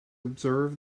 observe